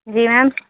जी ma'am